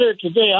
today